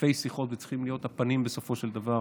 אלפי שיחות וצריכים להיות בסופו של דבר